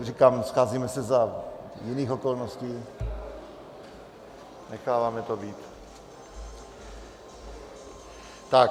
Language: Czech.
Říkám, scházíme se za jiných okolností, necháváme to být.